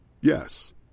Yes